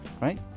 right